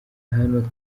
hano